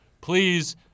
please